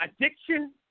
addiction